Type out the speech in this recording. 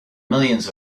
millions